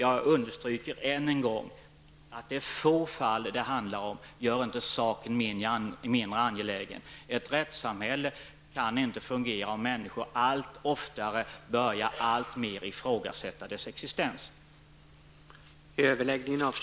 Att det är få fall det handlar om gör inte saken mindre angelägen. Jag understryker det än en gång. Ett rättssamhälle kan inte fungera om människor allt oftare börjar att ifrågasätta dess existens.